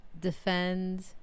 defend